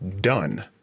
done